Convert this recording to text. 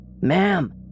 ma'am